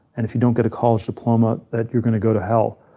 and if you don't get a college diploma that you're going to go to hell.